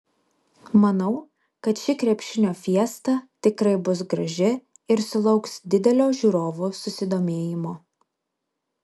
manau kad ši krepšinio fiesta tikrai bus graži ir sulauks didelio žiūrovų susidomėjimo